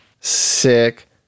sick